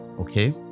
Okay